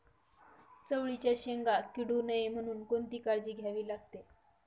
चवळीच्या शेंगा किडू नये म्हणून कोणती काळजी घ्यावी लागते?